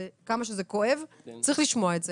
כמה שזה כואב, צריך לשמוע את זה.